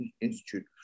Institute